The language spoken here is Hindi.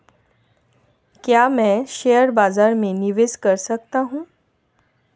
क्या मैं शेयर बाज़ार में निवेश कर सकता हूँ?